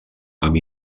amb